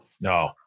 No